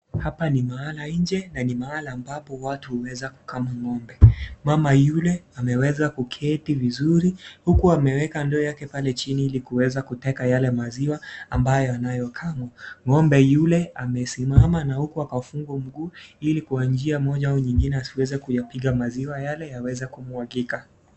Hapa ni mahala nje na ni mahala ambapo watu huweza kukamua ng'ombe. Mama yule ameweza kuketi vizuri huku ameweka ndoo yake pale chini ili kuweza kuteka yale maziwa, ambayo anayokamua. Ng'ombe yule amesimama na huku akafungwa mguu ili kwa njia moja au nyingine asiweze kuyapiga maziwa yale yaweze kumwagika.